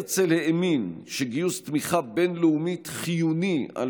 הרצל האמין שגיוס תמיכה בין-לאומית חיוני על